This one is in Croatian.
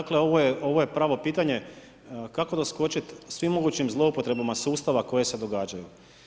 Dakle, ovo je pravo pitanje kako doskočiti svim mogućim zloupotrebama sustava koje se događaju?